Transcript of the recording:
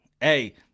hey